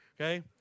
okay